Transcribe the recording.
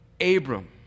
Abram